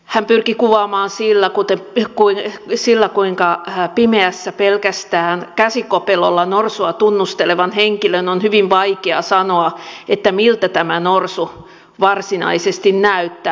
hän pyrki kuvaamaan sillä kuinka pimeässä pelkästään käsikopelolla norsua tunnustelevan henkilön on hyvin vaikeaa sanoa miltä tämä norsu varsinaisesti näyttää